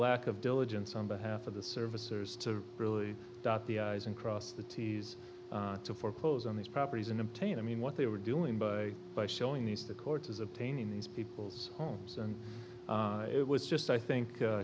lack of diligence on behalf of the services to really dot the i's and cross the t's to foreclose on these properties and obtain i mean what they were doing by by showing these to courts is obtaining these people's homes and it was just i think